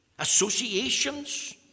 Associations